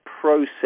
process